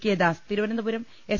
K Das Thiruvananthapuram S